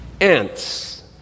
Ants